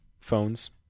phones